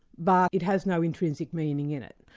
but it has no intrinsic meaning in it,